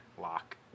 lock